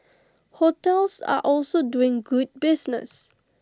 hotels are also doing good business